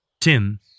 Tim